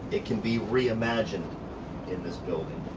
it can be re-imagined in this building.